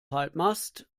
halbmast